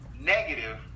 negative